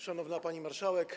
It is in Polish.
Szanowna Pani Marszałek!